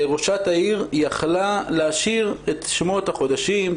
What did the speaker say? ראשת העיר יכלה להשאיר את שמות החודשים,